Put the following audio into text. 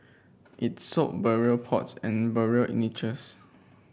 it sold burial pots and burial niches